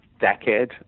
decade